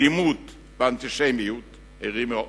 האלימות והאנטישמיות הרימו ראש.